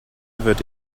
wird